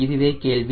இதுவே கேள்வி